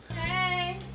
Hey